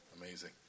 amazing